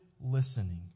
listening